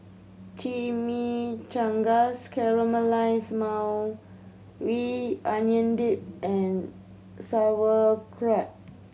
Chimichangas Caramelized Maui We Onion Dip and Sauerkraut